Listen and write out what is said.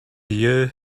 you